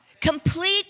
Complete